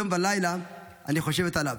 יום ולילה אני חושבת עליו.